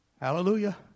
Hallelujah